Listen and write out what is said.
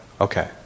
Okay